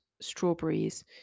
strawberries